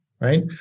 right